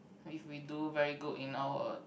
if we do very good in our